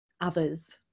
Others